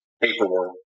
paperwork